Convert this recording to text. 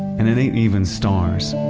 and it ain't even stars.